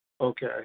Okay